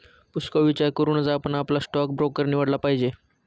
पुष्कळ विचार करूनच आपण आपला स्टॉक ब्रोकर निवडला पाहिजे